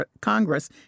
Congress